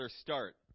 start